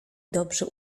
dobrze